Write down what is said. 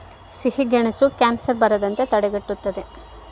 ಸಿಹಿಗೆಣಸು ಕ್ಯಾನ್ಸರ್ ಬರದಂತೆ ತಡೆಗಟ್ಟುತದ